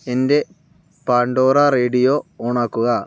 എന്റെ Pandora radio on ആക്കുക